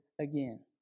again